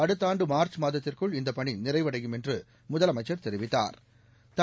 அடுத்த ஆண்டு மார்ச் மாதத்திற்குள் இந்த பணி நிறைவடையும் என்று முதலமைச்சா் தெரிவித்தாா்